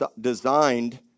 designed